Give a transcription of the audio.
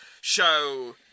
show